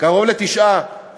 קרוב ל-9, קרוב ל-9.